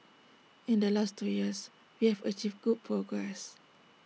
in the last two years we have achieved good progress